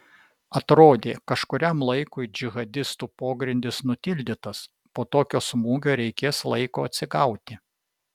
atrodė kažkuriam laikui džihadistų pogrindis nutildytas po tokio smūgio reikės laiko atsigauti